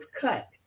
cut